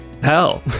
hell